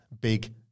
big